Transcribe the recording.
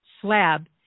slab